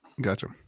Gotcha